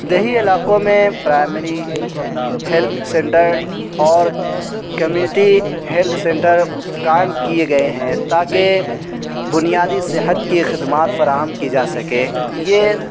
دیہی علاقوں میں پرائمری ہیلتھ سنٹر اور کمیونٹی ہیلتھ سنٹر قائم کیے گئے ہیں تاکہ بنیادی صحت کی خدمات فراہم کی جا سکے یہ